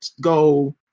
go